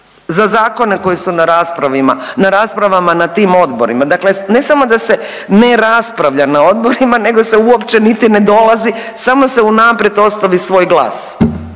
za zakone koji su na raspravama na tim odborima. Dakle, ne samo da se ne raspravlja na odborima, nego se uopće niti ne dolazi. Samo se unaprijed ostavi svoj glas